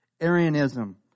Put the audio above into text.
arianism